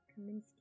Kaminsky